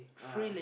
ah